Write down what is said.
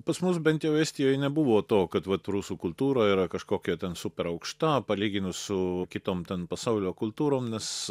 pas mus bent jau estijoj nebuvo to kad vat rusų kultūra yra kažkokia ten superaukšta palyginus su kitom ten pasaulio kultūrom nes